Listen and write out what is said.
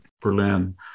Berlin